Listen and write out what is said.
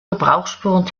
gebrauchsspuren